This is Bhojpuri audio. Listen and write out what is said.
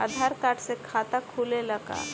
आधार कार्ड से खाता खुले ला का?